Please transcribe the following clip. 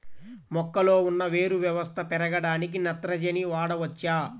మొక్కలో ఉన్న వేరు వ్యవస్థ పెరగడానికి నత్రజని వాడవచ్చా?